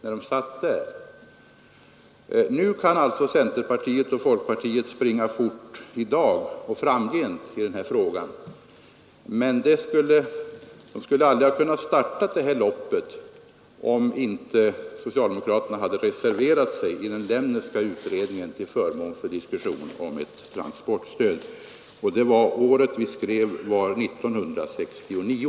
I dag och framgent kan centerpartiet och folkpartiet springa fort i denna fråga, men de skulle aldrig ha kunnat starta det här loppet om inte socialdemokraterna i den Lemneska utredningen hade reserverat sig till förmån för en diskussion om ett transportstöd. Året vi skrev var 1969.